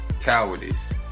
Cowardice